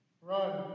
Run